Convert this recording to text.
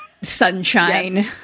sunshine